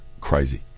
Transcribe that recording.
Crazy